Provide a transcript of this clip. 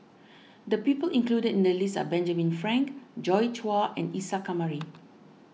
the people included in the list are Benjamin Frank Joi Chua and Isa Kamari